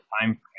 time